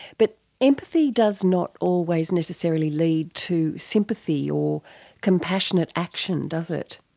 but empathy does not always necessarily lead to sympathy or compassionate action, does it.